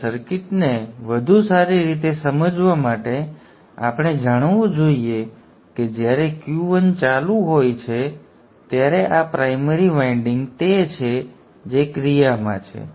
હવે સર્કિટને વધુ સારી રીતે સમજવા માટે આપણે જાણવું જોઈએ કે જ્યારે Q1 ચાલુ હોય છે ત્યારે આ પ્રાઇમરી વાઇન્ડિંગ તે છે જે ક્રિયામાં છે